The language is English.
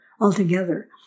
altogether